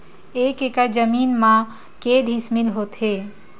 एक एकड़ जमीन मा के डिसमिल होथे?